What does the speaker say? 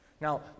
Now